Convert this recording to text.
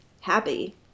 happy